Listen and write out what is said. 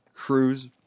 Cruise